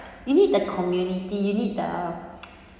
you need the community you need the